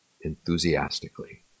Enthusiastically